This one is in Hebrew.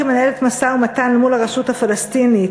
כמנהלת משא-ומתן מול הרשות הפלסטינית,